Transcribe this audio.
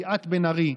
ליאת בן ארי,